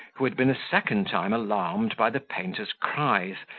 who had been a second time alarmed by the painter's cries,